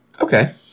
Okay